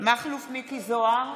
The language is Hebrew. מכלוף מיקי זוהר,